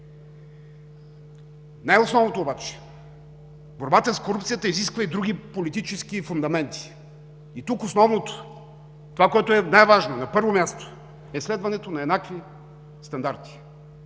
Най-основното обаче е, че борбата с корупцията изисква и други политически фундаменти. Тук основното, това, което е най-важно, на първо място, е следването на еднакви стандарти.